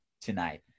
tonight